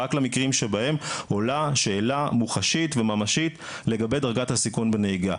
רק למקרים שבהם עולה שאלה מוחשית וממשית לגבי דרגת הסיכון בנהיגה.